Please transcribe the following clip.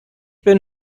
bin